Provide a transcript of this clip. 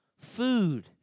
food